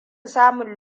samun